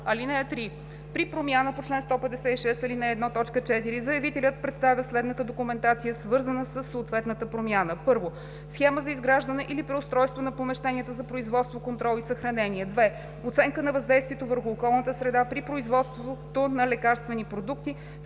(3) При промяна по чл. 156, ал. 1, т. 4 заявителят представя следната документация, свързана със съответната промяна: 1. схема за изграждане или преустройство на помещенията за производство, контрол и съхранение; 2. оценка на въздействието върху околната среда при производството на лекарствени продукти